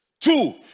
two